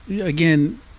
again